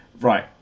Right